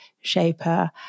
shaper